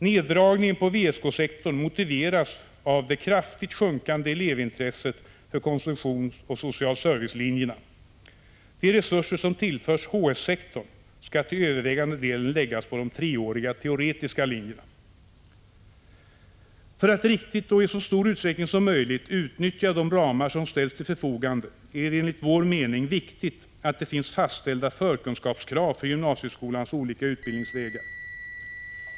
Neddragningen ppå VSK-sektorn motiveras av det kraftigt sjunkande elevintresset för Kooch Ss-linjerna. De resurser som tillförs HS-sektorn skall till övervägande delen läggas på de treåriga teoretiska linjerna. För att riktigt och i så stor utsträckning som möjligt utnyttja de ramar som ställs till förfogande är det enligt vår mening viktigt att det finns fastställda förkunskapskrav för gymnasieskolans olika utbildningsvägar.